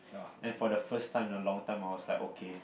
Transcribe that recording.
and then for the first time a long time I was like okay